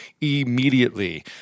immediately